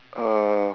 uh